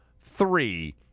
three